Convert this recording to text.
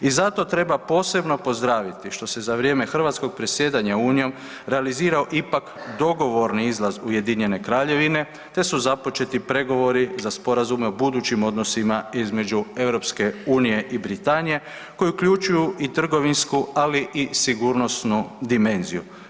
I zato treba posebno pozdraviti što se za vrijeme hrvatskog predsjedanja unijom realizirao ipak dogovorni izlaz Ujedinjene Kraljevine te su započeti pregovori za sporazume o budućim odnosima između EU i Britanije, koji uključuju i trgovinsku ali i sigurnosnu dimenziju.